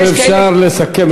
אם אפשר לסכם את,